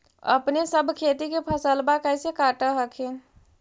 अपने सब खेती के फसलबा कैसे काट हखिन?